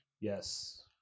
Yes